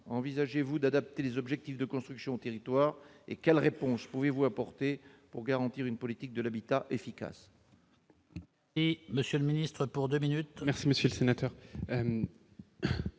envisagez-vous d'adapter les objectifs de construction territoire et quelle réponse : pouvez-vous apporter pour garantir une politique de l'habitat efficace.